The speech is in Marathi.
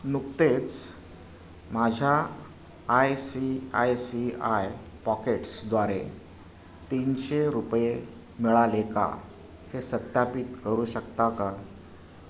नुकतेच माझ्या I C I C I पॉकेट्सद्वारे तीनशे रुपये मिळाले का हे सत्यापित करू शकता का